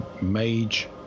mage